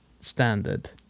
standard